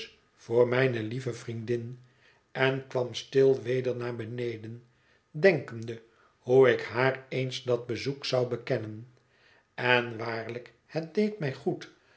voor mijne lieve vriendin en kwam stil weder naar deneden denkende hoe ik haar eens dat bezoek zou bekennen en waarlijk het deed mij goed